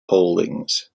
holdings